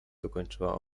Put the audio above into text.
dokończyła